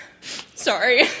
sorry